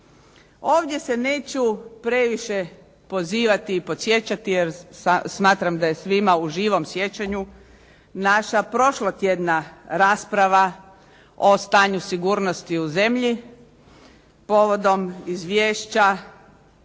Ovdje se neću previše pozivati i podsjećati jer smatram da je svima u živom sjećanju naša prošlotjedna rasprava o stanju sigurnosti u zemlji povodom izvješća